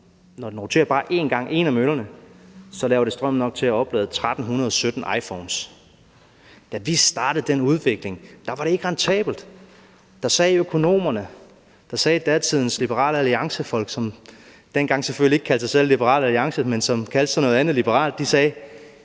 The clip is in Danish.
møllerne roterer bare en gang, laver det strøm nok til at oplade 1.317 iPhones. Da vi startede den udvikling, var det ikke rentabelt. Der sagde økonomerne, der sagde datidens Liberal Alliance-folk, som dengang selvfølgelig ikke kaldte sig selv Liberal Alliance, men som kaldte sig noget andet liberalt: Dét der